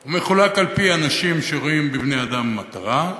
הוא מחולק על-פי אנשים שרואים בבני-אדם מטרה,